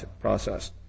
process